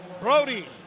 brody